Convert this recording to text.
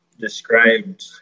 Described